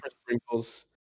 sprinkles